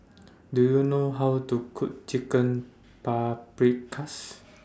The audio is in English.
Do YOU know How to Cook Chicken Paprikas